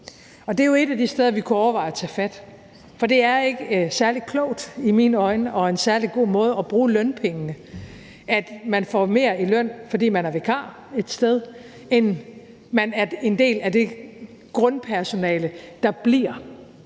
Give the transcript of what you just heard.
Det er jo et af de steder, vi kunne overveje at tage fat, for det er ikke særlig klogt i mine øjne, og det er ikke nogen særlig god måde at bruge lønpengene, når man får mere i løn, fordi man er vikar et sted, end at man er en del af det grundpersonale, der bliver,